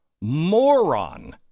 moron